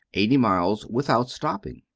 eighty miles, without stopping,